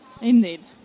indeed